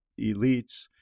elites